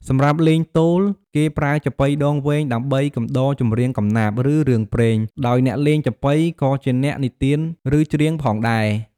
សម្រាប់លេងទោល គេប្រើចាប៉ីដងវែងដើម្បី កំដរចម្រៀងកំណាព្យ ឬរឿងព្រេង ដោយអ្នកលេងចាប៉ីក៏ជាអ្នកនិទាន ឬច្រៀងផងដែរ។